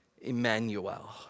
Emmanuel